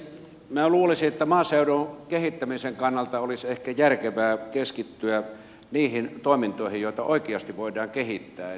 minä luulisin että maaseudun kehittämisen kannalta olisi ehkä järkevää keskittyä niihin toimintoihin joita oikeasti voidaan kehittää